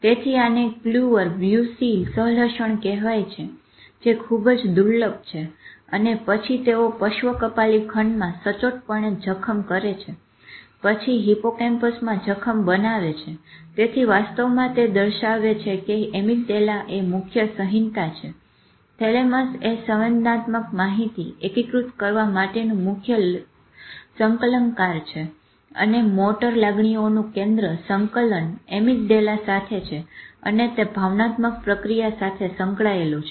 તેથી આને Kluver Bucy સહલશણ કહેવાય છે જે ખુબ જ દુર્લભ છે અને પછી તેઓ પર્શ્વ કપાલી ખંડમાં સચોટપણે જખમ કરે છે પછી હિપ્પોકેમ્પસમાં જખમ બનાવે છે તેથી વાસ્તવમાં તે દર્શાવે છે કે એમીગડાલાએ મુખ્ય સંહિતા છે થેલેમસએ સંવેદનાત્મક માહિતી એકીકૃત કરવા માટેનું મુખ્ય સંકલનકાર છે અને મોટોર લાગણીઓનું કેન્દ્ર સંકલન એમીગડેલા સાથે છે અને તે ભાવનાત્મક પ્રક્રિયા સાથે સંકળાયેલું છે